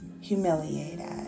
humiliated